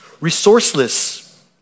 resourceless